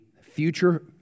future